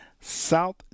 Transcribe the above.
South